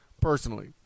personally